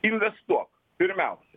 investuok pirmiausia